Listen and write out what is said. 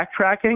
backtracking